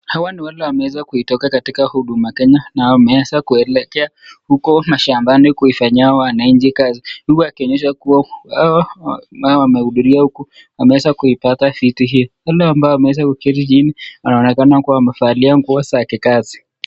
Hawa ni watu wameweza kuitoka huduma Kenya na wameweza kuelekea huko mashambani kufanyia wananchi kazi. Huku wakionyesha kuwa, hao ambao wamehudhuria huku wamepata viti. Wale ambao wameketi chini wanaonekana kuwa wamevalia nguo za kikazi.